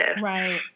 Right